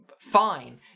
fine